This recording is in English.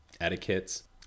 etiquettes